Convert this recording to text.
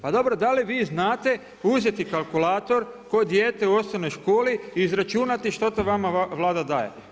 Pa dobro da li vi znate uzeti kalkulator kao dijete u osnovnoj školi i izračunati što to vama Vlada daje.